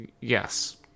Yes